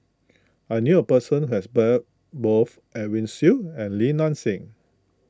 I knew a person who has bet both Edwin Siew and Li Nanxing